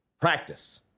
Practice